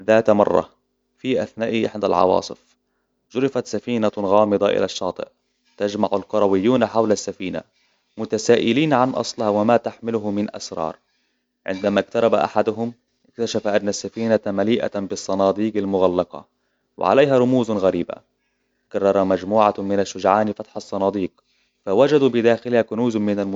ذات مرة، في أثنائ إحدي العواصف جُرفت سفينة غامضة إلى الشاطئ تجمع القرويون حول السفينة، متسائلين عن أصلها وما تحمله من أسرار عندما اقترب أحدهم إكتتشف أن السفينة مليئة بالصناديق المغلقة، وعليها رموز غريبة قرر مجموعة من الشجعان فتح الصناديق، فوجدوا بداخلها كنوز من المدن